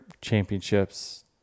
championships